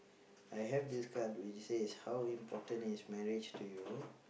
I have this card which says how important is marriage to you